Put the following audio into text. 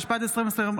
התשפ"ד 2024,